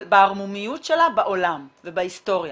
בערמומיות שלה בעולם ובהיסטוריה.